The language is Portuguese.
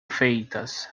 feitas